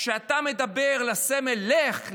כשאתה אומר לסמל: לך,